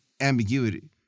ambiguity